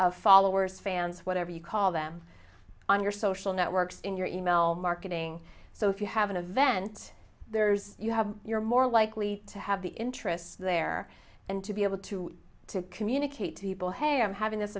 of followers fans whatever you call them on your social networks in your email marketing so if you have an event there's you have you're more likely to have the interests there and to be able to communicate to people hey i'm having this